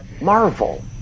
Marvel